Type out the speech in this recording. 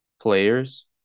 players